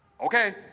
okay